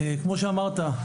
כמו שאמרת,